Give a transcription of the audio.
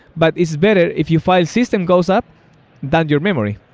but it's better if your file system goes up than your memory,